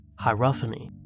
hierophany